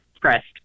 pressed